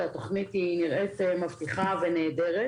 התוכנית נראית מבטיחה ונהדרת,